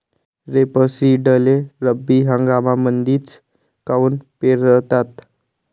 रेपसीडले रब्बी हंगामामंदीच काऊन पेरतात?